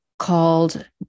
called